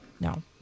no